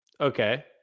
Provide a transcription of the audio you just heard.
Okay